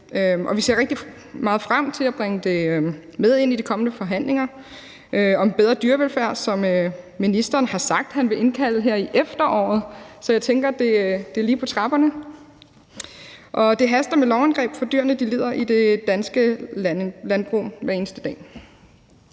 rigtig meget frem til at bringe det med ind i de kommende forhandlinger om bedre dyrevelfærd, som ministeren har sagt han vil indkalde til her i efteråret, så jeg tænker, det er lige på trapperne. Det haster med lovindgreb, for dyrene lider i det danske landbrug hver eneste dag.